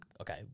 okay